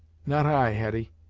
not i, hetty.